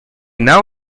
now